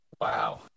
Wow